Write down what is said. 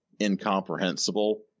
incomprehensible